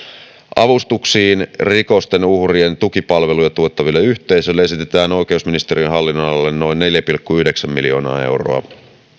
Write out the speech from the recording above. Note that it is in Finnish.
avustuksiin rikosten uhrien tukipalveluja tuottaville yhteisöille esitetään oikeusministeriön hallinnonalalle noin neljä pilkku yhdeksän miljoonaa euroa